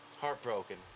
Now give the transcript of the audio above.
heartbroken